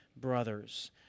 brothers